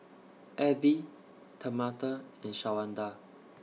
Abbie Tamatha and Shawanda